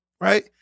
right